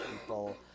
people